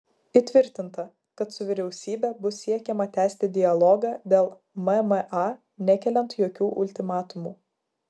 įtvirtinta kad su vyriausybe bus siekiama tęsti dialogą dėl mma nekeliant jokių ultimatumų